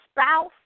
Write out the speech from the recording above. spouse